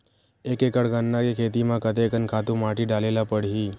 एक एकड़ गन्ना के खेती म कते कन खातु माटी डाले ल पड़ही?